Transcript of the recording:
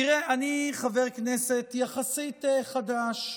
תראה, אני חבר כנסת יחסית חדש.